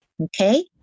Okay